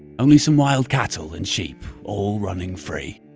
only some wild cattle and sheep all running free.